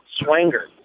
Swanger